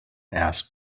asked